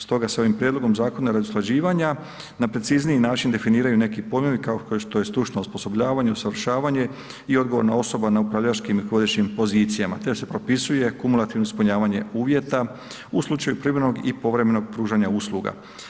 Stoga se ovim prijedlogom zakona radi usklađivanja na precizniji način definiraju neki pojmovi kao što je stručno osposobljavanje, usavršavanje i odgovorna osoba na upravljačkim i vodećim pozicijama, te se propisuje kumulativno ispunjavanje uvjeta u slučaju privremenog i povremenog pružanja usluga.